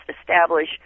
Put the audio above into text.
establish